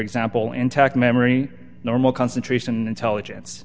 example intact memory normal concentration and intelligence